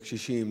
לקשישים,